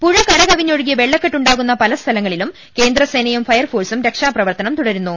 പുഴ കരകവിഞ്ഞാഴുകി വെള ള ക്കെ ട്ടുണ്ട് ാകുന്ന പല സ്ഥലങ്ങളിലും കേന്ദ്ര സേ നയും ഫയർഫോഴ്സും രക്ഷാപ്രവർത്തനം തുടരുന്നു